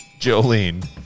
Jolene